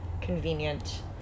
convenient